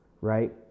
right